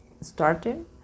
starting